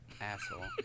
Asshole